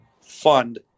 fund